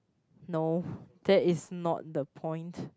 no that is not the point